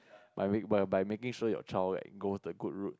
my weak by Maggie show your your child like go to good road